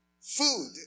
Food